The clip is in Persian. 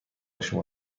شما